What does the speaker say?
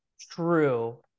true